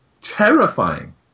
Terrifying